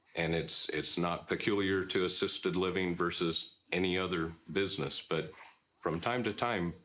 and it's it's not peculiar to assisted living versus any other business, but from time to time,